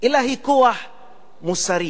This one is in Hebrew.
אלא היא כוח מוסרי,